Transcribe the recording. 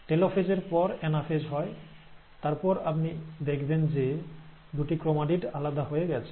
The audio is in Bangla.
মেটাফেজ এর পর অ্যানাফেজ হয় তারপর আপনি দেখবেন যে দুটি ক্রোমাটিড আলাদা হয়ে গেছে